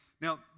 Now